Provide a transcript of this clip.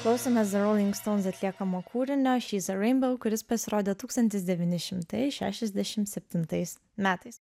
klausėmės the rolling stones atliekamo kūrinio shes a rainbow kuris pasirodė tūkstantis devyni šimtai šešiasdešimt septintais metais